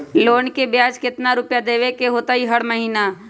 Loan के ब्याज कितना रुपैया देबे के होतइ हर महिना?